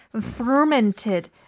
fermented